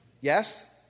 Yes